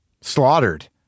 slaughtered